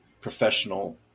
professional